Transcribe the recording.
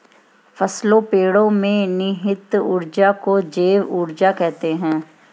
फसलों पेड़ो में निहित ऊर्जा को जैव ऊर्जा कहते हैं